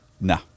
No